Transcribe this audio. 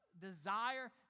desire